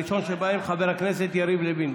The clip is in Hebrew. הראשון שבהם חבר הכנסת יריב לוין.